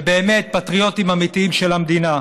ובאמת פטריוטים אמיתיים של המדינה.